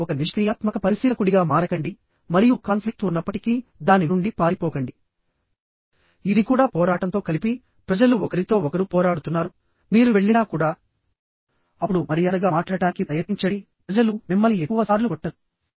కేవలం ఒక నిష్క్రియాత్మక పరిశీలకుడిగా మారకండి మరియు కాన్ఫ్లిక్ట్ ఉన్నప్పటికీ దాని నుండి పారిపోకండిఇది కూడా పోరాటంతో కలిపి ప్రజలు ఒకరితో ఒకరు పోరాడుతున్నారు మీరు వెళ్లినా కూడాఅప్పుడు మర్యాదగా మాట్లాడటానికి ప్రయత్నించండి ప్రజలు మిమ్మల్ని ఎక్కువ సార్లు కొట్టరు